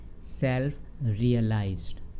self-realized